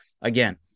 Again